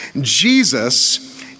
Jesus